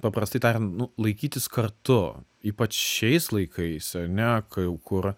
paprastai tariant nu laikytis kartu ypač šiais laikais ar ne kai jau kur